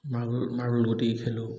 marble marble গুটি খেলোঁ